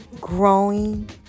growing